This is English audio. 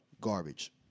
garbage